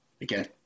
again